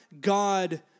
God